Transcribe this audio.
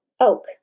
oak